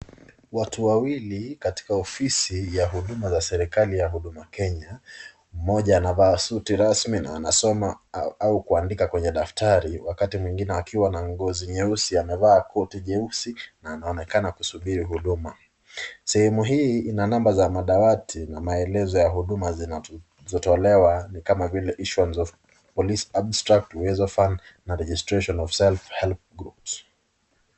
Watu wawili katika ofisi ya huduma za serikali ya Huduma Kenya. Mmoja anavaa suti rasmi na anasoma au kuandika kwenye daftari wakati mwingine akiwa na ngozi nyeusi amevaa koti jeusi na anaonekana kusubiri huduma. Sehemu hii ina namba za madawati na maelezo ya huduma zinazotolewa ni kama vile insurance of police abstract , Uwezo Fund na registration of self-help groups .